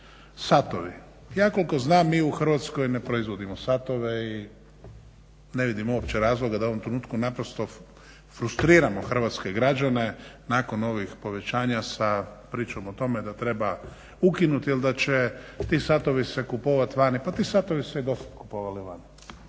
Satovi. Ja koliko znam mi u Hrvatskoj ne proizvodimo satove, i ne vidim uopće razloga da u ovom trenutku naprosto frustriramo hrvatske građane nakon ovih povećanja sa pričom o tome da treba ukinuti, jer da će ti satovi se kupovati vani, pa ti satovi su se i dosad kupovali vani.